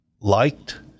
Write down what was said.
liked